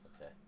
Okay